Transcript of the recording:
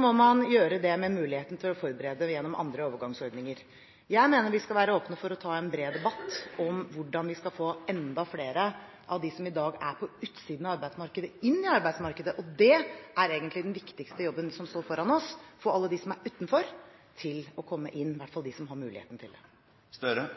må man gjøre det med en mulighet til å forberede det og gjennom andre overgangsordninger. Jeg mener vi skal være åpne for å ta en bred debatt om hvordan vi skal få enda flere av dem som i dag er på utsiden av arbeidsmarkedet, inn i arbeidsmarkedet. Det er egentlig den viktigste jobben som står foran oss, det å få alle de som er utenfor, til å komme inn – i hvert fall de som har muligheten til det.